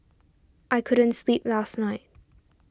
I couldn't sleep last night